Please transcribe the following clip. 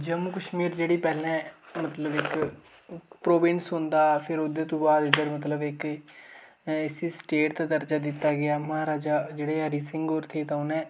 जम्मू कश्मीर जेह्ड़ी पैह्लै मतलब इक प्रविंस मतलब इक इसी सेट दा दर्जा दित्ता गेआ जां जेहड़े उ'नें